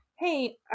Hey